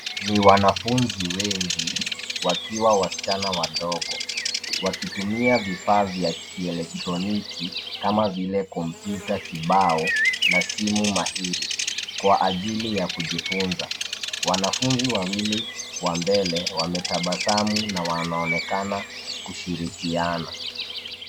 Ni wanafunzi wengi wakiwa wasichana wadogo wakitumia vifaa vya kielektroniki kama vile kompyuta kibao na simu mahiri kwa ajili ya kujifunza. Wanafunzi wawili wa mbele wametabasamu na wanaonekana kushirikiana.